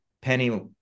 penny